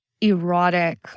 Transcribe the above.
erotic